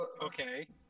Okay